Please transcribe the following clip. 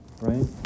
right